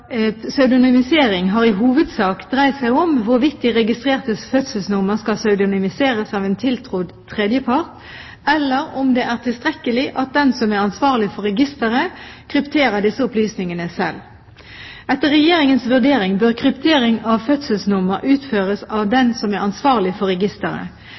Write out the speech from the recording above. har i hovedsak dreid seg om hvorvidt de registrertes fødselsnummer skal pseudonymiseres av en tiltrodd tredjepart, eller om det er tilstrekkelig at den som er ansvarlig for registeret, krypterer disse opplysningene selv. Etter Regjeringens vurdering bør kryptering av fødselsnummer utføres av den som er ansvarlig for registeret